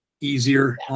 easier